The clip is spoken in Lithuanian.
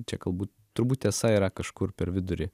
čia galbūt turbūt tiesa yra kažkur per vidurį